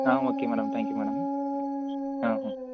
ah okay madam thank you madam ah ah